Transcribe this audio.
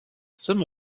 some